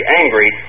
angry